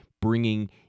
bringing